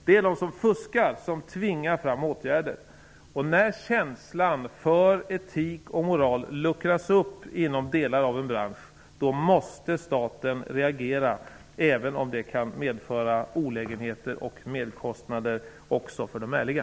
Det är de som fuskar som tvingar fram åtgärder. När känslan för etik och moral luckras upp inom delar av en bransch måste staten reagera, även om det kan medföra olägenheter och merkostnader också för de ärliga.